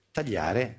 Tagliare